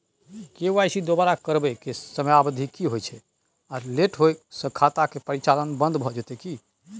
KYC दोबारा करबै के समयावधि की होय छै आ लेट होय स खाता के परिचालन बन्द भ जेतै की?